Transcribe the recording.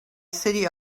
city